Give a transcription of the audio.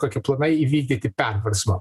kokie planai įvykdyti perversmą